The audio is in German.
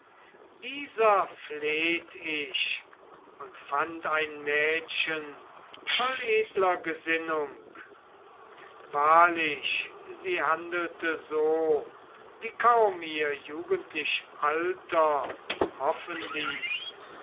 dieser fleht ich und fand ein mädchen voll edler gesinnung wahrlich sie handelte so wie kaum ihr jugendlich alter hoffen ließ